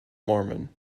mormon